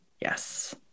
yes